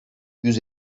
yüz